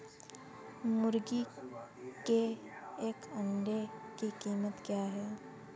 मुर्गी के एक अंडे की कीमत क्या है?